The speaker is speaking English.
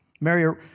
Mary